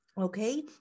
okay